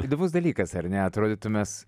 įdomus dalykas ar ne atrodytų mes